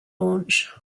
launch